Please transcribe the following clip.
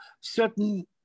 certain